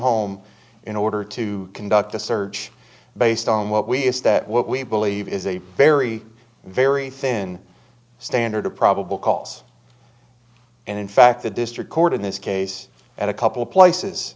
home in order to conduct a search based on what we is that what we believe is a very very thin standard of probable cause and in fact the district court in this case and a couple places